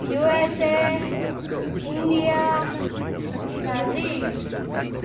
USA India Brazil